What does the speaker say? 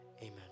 amen